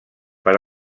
per